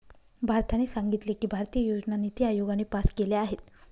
भारताने सांगितले की, भारतीय योजना निती आयोगाने पास केल्या आहेत